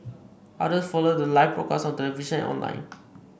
others followed the live broadcast on television and online